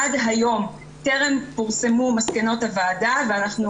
עד היום טרם פורסמו מסקנות הוועדה ואנחנו